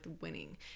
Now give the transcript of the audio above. winning